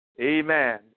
Amen